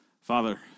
Father